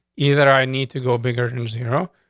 either i need to go bigger new zero.